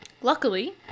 Luckily